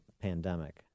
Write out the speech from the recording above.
pandemic